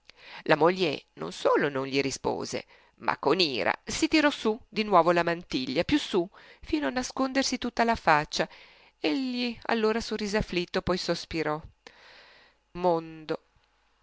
la moglie non solo non gli rispose ma con ira si tirò su di nuovo la mantiglia più su fino a nascondersi tutta la faccia egli allora sorrise afflitto poi sospirò eh mondo